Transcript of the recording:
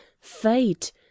Fate